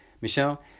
Michelle